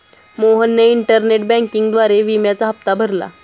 मोहनने इंटरनेट बँकिंगद्वारे विम्याचा हप्ता भरला